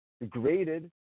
degraded